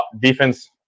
defense